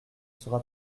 sera